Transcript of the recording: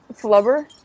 flubber